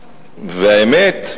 והאמת,